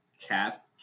cap